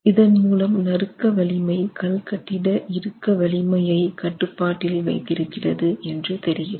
இதன் மூலம் நறுக்க வலிமை கல் கட்டிட இறுக்க வலிமையை கட்டுப்பாட்டில் வைத்திருக்கிறது என்று தெரிகிறது